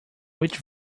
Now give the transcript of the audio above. which